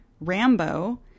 Rambo